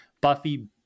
Buffy